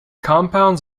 compounds